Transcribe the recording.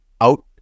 out